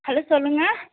hello சொல்லுங்கள்